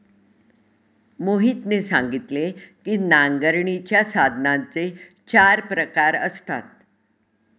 मोहितने सांगितले की नांगरणीच्या साधनांचे चार प्रकार असतात